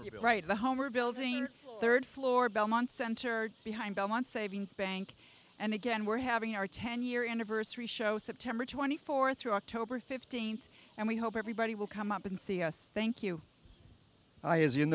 right the homer building third floor belmont center behind belmont savings bank and again we're having our ten year anniversary show september twenty fourth through october fifteenth and we hope everybody will come up and see us thank you i as you